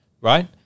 right